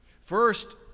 first